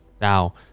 Now